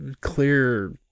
Clear